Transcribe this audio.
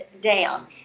down